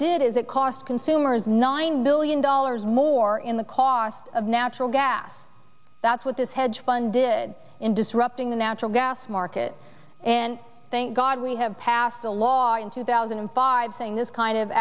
did is it cost consumers nine billion dollars more in the cost of natural gas that's what this hedge fund did in disrupting the natural gas market and thank god we have passed a law in two thousand and five saying this kind of